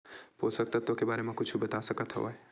पोषक तत्व के बारे मा कुछु बता सकत हवय?